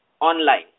online